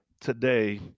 today